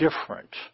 different